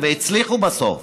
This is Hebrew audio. והצליחו בסוף,